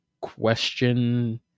question